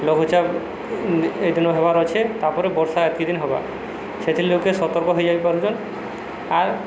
ଲଘୁଚାପ ଏ ଦିନ ହେବାର ଅଛେ ତାପରେ ବର୍ଷା ଏତିକି ଦିନ ହବା ସେଥିର୍ ଲୋକେ ସତର୍କ ହେଇଯାଇ ପାରୁଛନ୍ ଆର୍